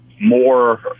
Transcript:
more